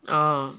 ah